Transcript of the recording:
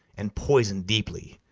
and poison deeply,